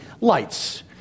Lights